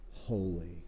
holy